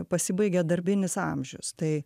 pasibaigia darbinis amžius tai